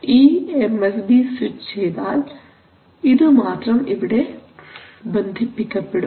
ഈ MSB switch ചെയ്താൽ ഇതു മാത്രം ഇവിടെ ബന്ധിപ്പിക്കപ്പെടും